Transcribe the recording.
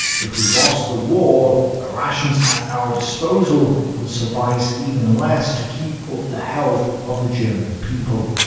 if we lost the war the rations at our disposal would suffice even less to keep up the health of the german people.